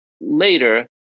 later